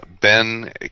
Ben